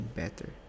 better